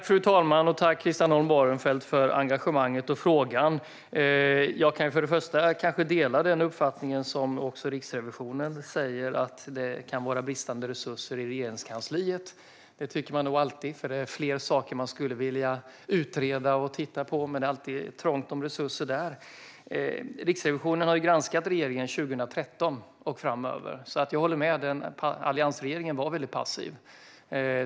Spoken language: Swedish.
Fru talman! Tack, Christian Holm Barenfeld, för engagemanget och frågan! Jag delar uppfattningen att det, som Riksrevisionen säger, kan vara bristande resurser i Regeringskansliet. Man tycker nog alltid att det är fler saker man skulle vilja utreda och titta på, men det är trångt i fråga om resurser. Riksrevisionen har granskat regeringen från 2013 och senare. Jag håller med: Alliansregeringen var väldigt passiv.